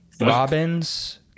robin's